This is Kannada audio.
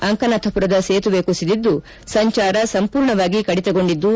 ಅಂಕನಾಥಪುರದ ಸೇತುವೆ ಕುಸಿದಿದ್ದು ಸಂಚಾರ ಸಂಪೂರ್ಣವಾಗಿ ಕಡಿತಗೊಂಡಿದ್ದು